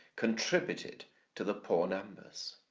contributed to the poor numbers.